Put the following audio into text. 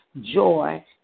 joy